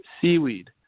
seaweed